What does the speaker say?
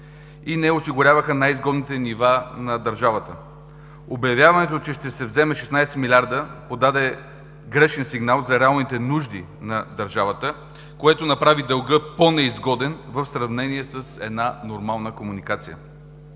и не осигуряваха най-изгодните нива на държавата. Обявяването, че ще се вземат 16 милиарда подаде грешен сигнал за реалните нужди на държавата, което направи дълга по-неизгоден, в сравнение с една нормална комуникация.